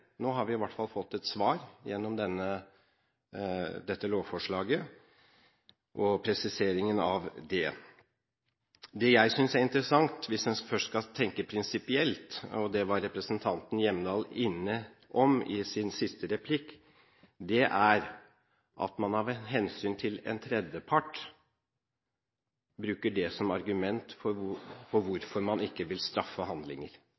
nå har vi i hvert fall fått et svar gjennom dette lovforslaget og presiseringen av det. Det jeg synes er interessant, hvis en først skal tenke prinsipielt – og det var representanten Hjemdal inne på i sin siste replikk – er at man bruker hensynet til en tredjepart som argument for hvorfor man ikke vil straffe handlinger.